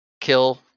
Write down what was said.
kill